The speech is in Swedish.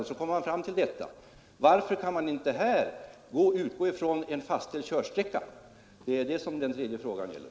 Varför kan man inte här utgå från en fastställd körsträcka och sedan tillämpa samma schablonbelopp som för övriga kategorier? Det är det som den tredje frågan gäller.